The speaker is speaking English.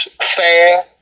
fair